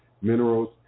minerals